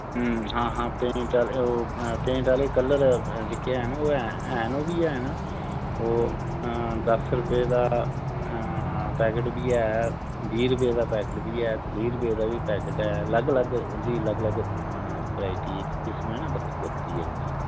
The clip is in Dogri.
हां हां पेंट आह्ले ओह् पेंट आह्ले कलर जेह्के हैन ओह् हैन ओह् बी हैन ओह् दस्स रपेऽ दा पैकेट बी है बीह् रपेऽ दा पैकेट बी है त्रीह् रपेऽ दा बी पैकेट है लग्ग लग्ग उ'दी लग्ग लग्ग वैरायटी जेह्की कीमत ऐ न बक्खरी बक्खरी ऐ उं'दी